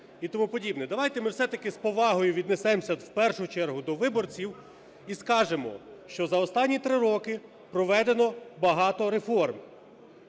Давайте ми, все-таки, з повагою віднесемося, в першу чергу, до виборців, і скажемо, що за останні три роки проведено багато реформ.